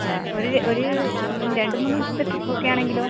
ഒരു ഒരു രണ്ട് മൂന്ന് ദിവസത്തെ ട്രിപ്പ് ഒക്കെ ആണെങ്കിലോ